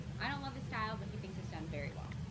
i don't love his style but he thinks it's done very well.